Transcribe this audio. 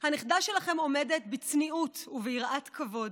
הנכדה שלכם עומדת בצניעות וביראת כבוד